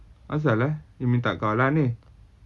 asal eh dia minta kau lah ni